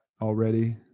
already